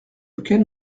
lequel